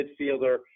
midfielder